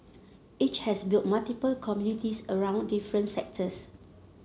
it has built multiple communities around different sectors